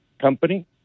company